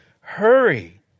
Hurry